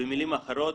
במילים אחרות,